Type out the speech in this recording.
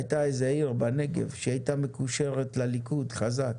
הייתה איזו עיר בנגב שהיא הייתה מקושרת לליכוד חזק